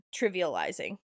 trivializing